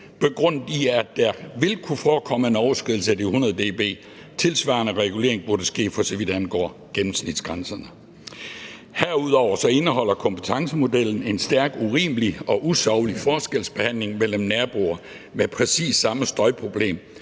begrundet i, at der vil kunne forekomme en overskridelse af de 100 dB. Tilsvarende regulering burde ske, for så vidt angår gennemsnitsgrænserne. Herudover så indeholder kompensationsmodellen en stærkt urimelig og usaglig forskelsbehandling mellem naboer med præcis samme støjproblem,